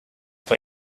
for